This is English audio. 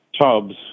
tubs